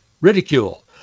ridicule